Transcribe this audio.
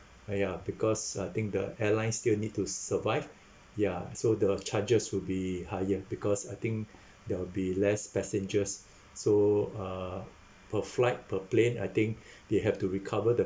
uh ya because I think the airlines still need to survive ya so the charges will be higher because I think there will be less passengers so uh per flight per plane I think they have to recover the